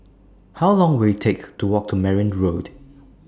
How Long Will IT Take to Walk to Merryn Road